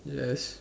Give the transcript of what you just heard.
yes